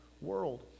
world